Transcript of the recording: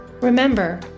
Remember